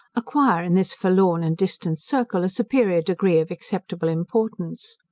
acquire in this forlorn and distant circle a superior degree of acceptable importance.